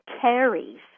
carries